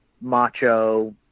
macho